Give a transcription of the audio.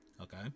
Okay